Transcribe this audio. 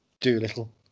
Doolittle